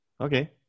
Okay